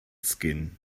skin